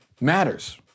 matters